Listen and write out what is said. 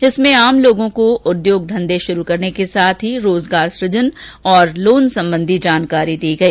इसमें आम लोगों को उद्योग धंधे शुरू करने के साथ ही रोजगार सुजन और लोन संबंधी जानकारी दी गई